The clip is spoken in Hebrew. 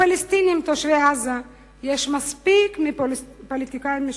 לפלסטינים תושבי עזה יש מספיק פוליטיקאים משלהם.